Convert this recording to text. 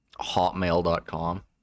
hotmail.com